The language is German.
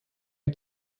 die